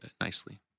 nicely